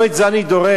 לא את זה אני דורש,